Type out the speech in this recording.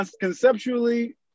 conceptually